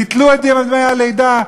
ביטלו את דמי הלידה.